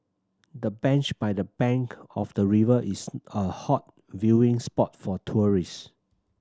the bench by the bank of the river is a hot viewing spot for tourist